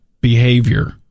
behavior